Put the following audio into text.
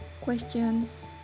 Questions